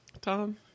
Tom